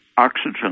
Oxygen